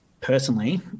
personally